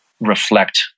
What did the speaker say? reflect